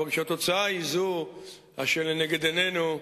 אבל כשהתוצאה היא זו אשר לנגד עינינו,